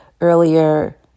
earlier